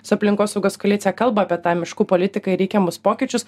su aplinkosaugos koalicija kalba apie tą miškų politiką ir reikiamus pokyčius